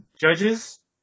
Judges